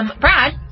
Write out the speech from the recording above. Brad